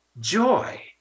joy